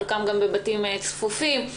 חלקם גם בבתים צפופים.